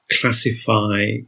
classify